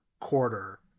quarter